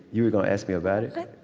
you were gonna ask me about it?